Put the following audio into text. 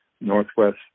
northwest